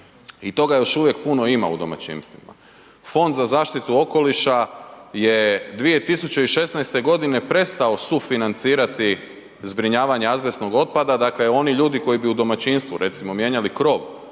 i toga još uvijek puno ima u domaćinstvima. Fond za zaštitu okoliša je 2016. godine prestao sufinancirati zbrinjavanje azbestnog otpada, dakle oni ljudi koji bi u domaćinstvu recimo mijenjali krov